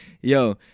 yo